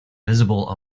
visible